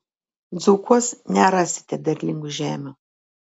dzūkuos nerasite derlingų žemių